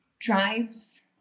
drives